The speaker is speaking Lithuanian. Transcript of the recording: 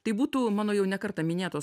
tai būtų mano jau ne kartą minėtos